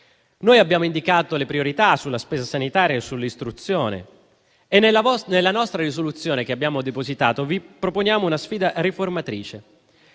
Noi abbiamo indicato le priorità sulla spesa sanitaria e sull'istruzione, e nella risoluzione che abbiamo depositato vi proponiamo una sfida riformatrice,